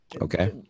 Okay